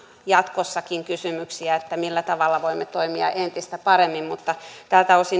jatkossakin kysymyksiä millä tavalla voimme toimia entistä paremmin mutta tältä osin